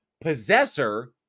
Possessor